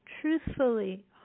truthfully